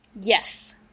Yes